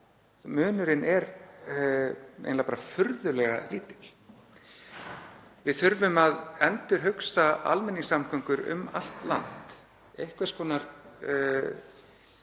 Munurinn er eiginlega bara furðulega lítill. Við þurfum að endurhugsa almenningssamgöngur um allt land, einhvers konar